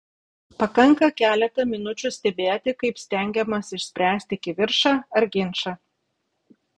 pakanka keletą minučių stebėti kaip stengiamasi išspręsti kivirčą ar ginčą